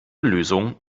lösung